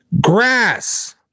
grass